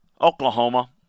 Oklahoma